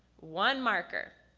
one marker.